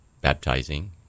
baptizing